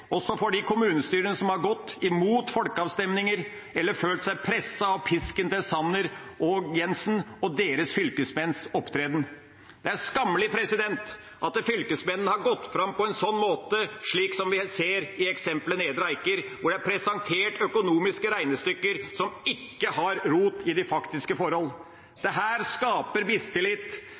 også for de kommunestyrene som har gått imot folkeavstemninger eller følt seg presset av pisken til statsrådene Sanner og Jensen og opptredenen til deres fylkesmenn. Det er skammelig at fylkesmennene har gått fram på en slik måte som jeg ser i eksemplet Nedre Eiker, og presentert økonomiske regnestykker som ikke har rot i faktiske forhold. Dette skaper mistillit. Det skaper